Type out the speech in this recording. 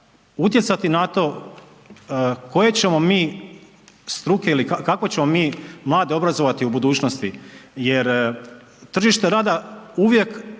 utjecati na to koje ćemo mi struke ili kako ćemo mi mlade obrazovati u budućnosti jer tržište rada uvijek